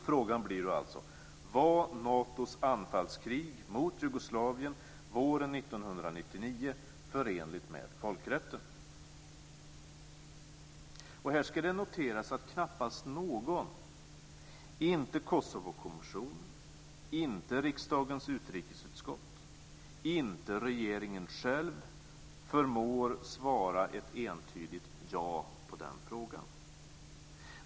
Frågan blir alltså: Var Natos anfallskrig mot Jugoslavien våren 1999 förenligt med folkrätten? Här ska det noteras att knappast någon - inte Kosovokommissionen, inte riksdagens utrikesutskott och inte regeringen själv - förmår svara ett entydigt ja på den frågan.